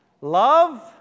Love